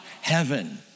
heaven